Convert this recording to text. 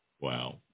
wow